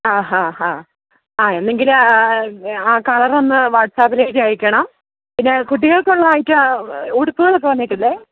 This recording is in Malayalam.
ആഹാഹാ ആ എങ്കിലും ആ ആ കളറൊന്ന് വാട്സപ്പിലെഴുതി അയക്കണം പിന്നെ കുട്ടികൾക്കുള്ള ഐറ്റം ഉടുപ്പുകളൊക്കെ വന്നിട്ടില്ലേ